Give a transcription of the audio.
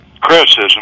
criticism